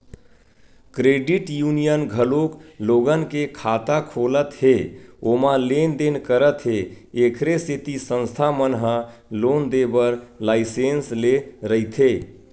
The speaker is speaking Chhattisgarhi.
क्रेडिट यूनियन घलोक लोगन के खाता खोलत हे ओमा लेन देन करत हे एखरे सेती संस्था मन ह लोन देय बर लाइसेंस लेय रहिथे